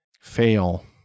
Fail